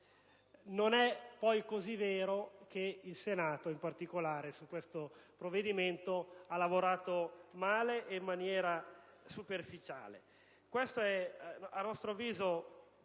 non è poi così vero che il Senato, in particolare su questo provvedimento, ha lavorato male e in maniera superficiale. È, a nostro avviso,